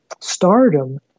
stardom